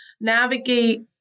navigate